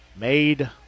Made